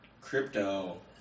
crypto